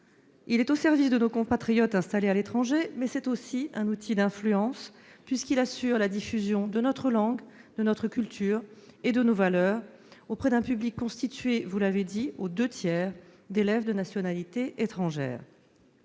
est au service de nos compatriotes installés à l'étranger. C'est aussi un outil d'influence, puisqu'il assure la diffusion de notre langue, de notre culture et de nos valeurs auprès d'un public constitué, vous l'avez dit, aux deux tiers d'élèves de nationalité étrangère.